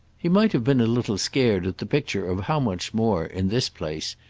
he might have been a little scared at the picture of how much more, in this place,